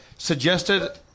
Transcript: Suggested